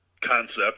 concept